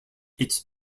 its